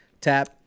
tap